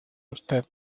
usted